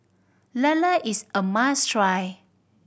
lala is a must try